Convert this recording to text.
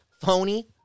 Phony